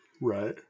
right